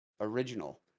Original